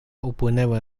upłynęły